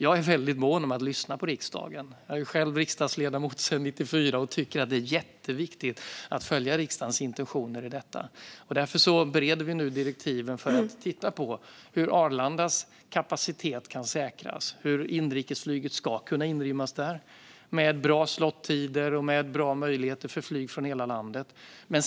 Jag är väldigt mån om att lyssna på riksdagen. Jag har själv varit riksdagsledamot sedan 1994 och tycker att det är jätteviktigt att följa riksdagens intentioner i detta. Därför bereder vi nu direktiven för att titta på hur Arlandas kapacitet kan säkras och hur inrikesflyget ska kunna inrymmas där, med bra slottider och med bra möjligheter för flyg från hela landet.